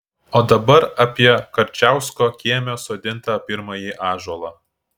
o dabar apie karčiausko kieme sodintą pirmąjį ąžuolą